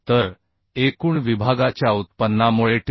तर एकूण विभागाच्या उत्पन्नामुळेTDG